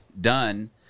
done